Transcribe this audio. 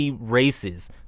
races